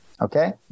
Okay